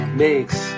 makes